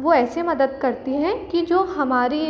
वो ऐसे मदद करती हैं कि जो हमारी